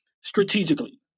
strategically